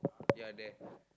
ya there